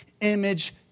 image